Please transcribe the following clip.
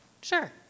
sure